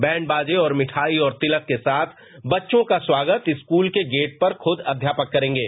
band बाजे और मिताई और तिलक के साथ बच्चों का स्वागत स्कूल के गेट पर खुद अध्यापक करेंगे